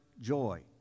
joy